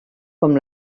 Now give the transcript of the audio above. com